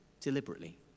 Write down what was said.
deliberately